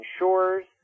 insurers